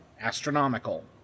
astronomical